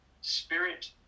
spirit